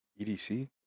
EDC